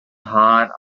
hot